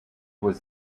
was